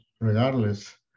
regardless